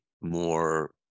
more